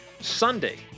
Sunday